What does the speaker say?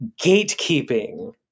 gatekeeping